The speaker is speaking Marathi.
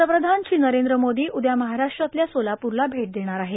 पंतप्रधान नरेंद्र मोदी उद्या महाराष्ट्रातल्या सोलाप्रला भेट देणार आहेत